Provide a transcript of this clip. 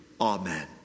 Amen